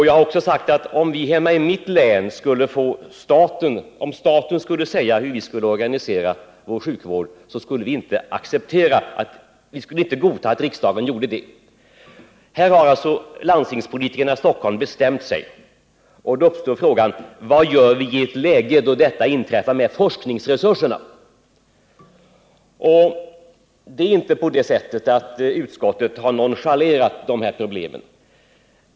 Jag har också sagt att vi i mitt hemlän inte skulle godta att riksdagen organiserade vår sjukvård. Landstingspolitikerna i Stockholm har alltså bestämt sig, och då uppstår frågan vad vi skall göra med forskningsresurserna i ett läge där detta har inträffat. Det är inte så att utskottet har nonchalerat problemet.